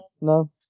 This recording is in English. No